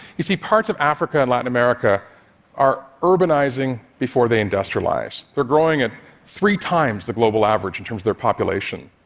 you see, parts of africa and latin america are urbanizing before they industrialize. they're growing at three times the global average in terms their population.